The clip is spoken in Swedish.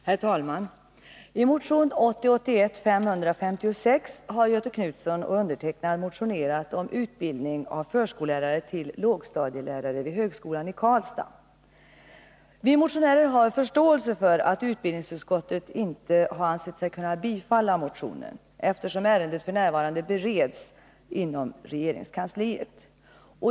Herr talman! I motion 1980/81:556 har Göthe Knutson och jag motionerat om utbildning av förskollärare till lågstadielärare vid högskolan i Karlstad. Vi motionärer har förståelse för att utbildningsutskottet inte ansett sig kunna tillstyrka motionen, eftersom ärendet f. n. bereds inom regeringskansliet.